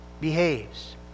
behaves